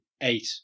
eight